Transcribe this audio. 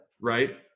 Right